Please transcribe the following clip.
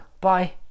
Bye